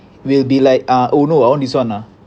will be like oh no this one lah